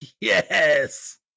Yes